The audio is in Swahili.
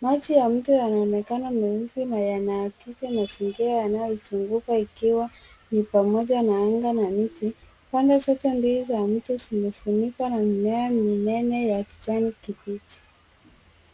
Maji ya mto yanaonekana meusi na yanaakisi mazingira yanayozunguka ikiwa ni pamoja na anga na miti. Pande zote mbili za mto zimefunikwa na mimea minene ya kijani kibichi.